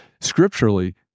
Scripturally